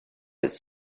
its